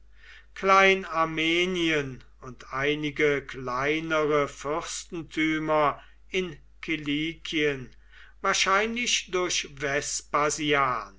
klein armenien und einige kleinere fürstentümer in kilikien wahrscheinlich durch